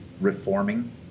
reforming